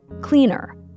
cleaner